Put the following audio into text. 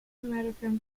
american